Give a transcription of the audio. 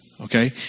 okay